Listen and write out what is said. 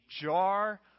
jar